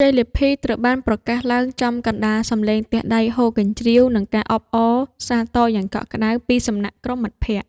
ឈ្មោះជ័យលាភីត្រូវបានប្រកាសឡើងចំកណ្ដាលសំឡេងទះដៃហ៊ោកញ្ជ្រៀវ និងការអបអរសាទរយ៉ាងកក់ក្ដៅពីសំណាក់ក្រុមមិត្តភក្តិ។